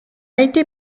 été